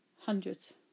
hundreds